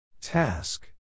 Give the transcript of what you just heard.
Task